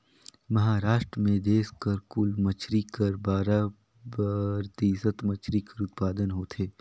महारास्ट में देस कर कुल मछरी कर बारा परतिसत मछरी कर उत्पादन होथे